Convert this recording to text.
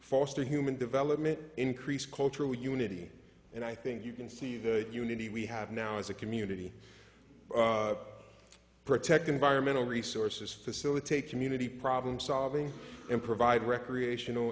foster human development increase cultural unity and i think you can see that unity we have now as a community protect environmental resources facilitate community problem solving and provide recreational